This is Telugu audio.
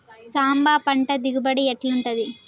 సాంబ పంట దిగుబడి ఎట్లుంటది?